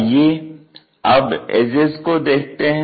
आइए अब एजेज़ को देखते हैं